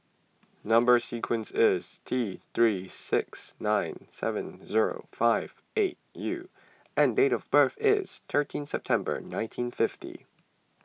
Number Sequence is T three six nine seven zero five eight U and date of birth is thirteen September nineteen fifty